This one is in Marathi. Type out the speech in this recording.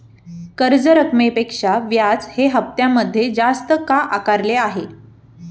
कर्ज रकमेपेक्षा व्याज हे हप्त्यामध्ये जास्त का आकारले आहे?